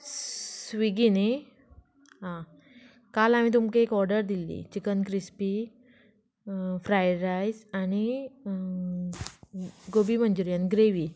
Swiggy न्ही आं काल हांवे तुमकां एक ऑर्डर दिल्ली चिकन क्रिस्पी फ्रायड रायस आनी गोबी मंचुरीयन ग्रेवी